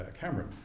Cameron